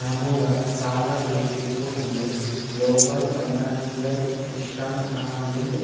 ನಮುಗ್ ಸಾಲಾ ಬೇಕಿತ್ತು ಅಂದುರ್ ಗ್ಲೋಬಲ್ ಫೈನಾನ್ಸಿಯಲ್ ಸಿಸ್ಟಮ್ ನಾಗಿಂದೆ